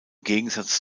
gegensatz